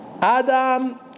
Adam